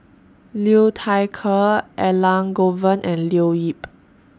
Liu Thai Ker Elangovan and Leo Yip